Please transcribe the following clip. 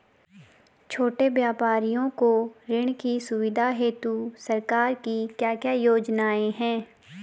छोटे व्यापारियों को ऋण की सुविधा हेतु सरकार की क्या क्या योजनाएँ हैं?